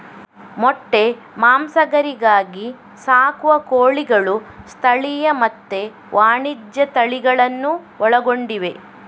ಮೊಟ್ಟೆ, ಮಾಂಸ, ಗರಿಗಾಗಿ ಸಾಕುವ ಕೋಳಿಗಳು ಸ್ಥಳೀಯ ಮತ್ತೆ ವಾಣಿಜ್ಯ ತಳಿಗಳನ್ನೂ ಒಳಗೊಂಡಿವೆ